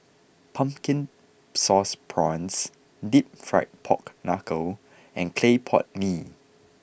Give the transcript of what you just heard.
Pumpkin Sauce Prawns Deep Fried Pork Knuckle and Clay Pot Mee